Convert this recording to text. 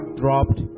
dropped